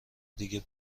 دیگه